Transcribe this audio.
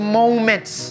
moments